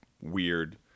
weird